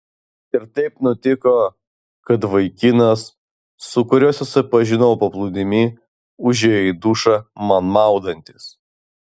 ir taip nutiko kad vaikinas su kuriuo susipažinau paplūdimy užėjo į dušą man maudantis